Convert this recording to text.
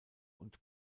und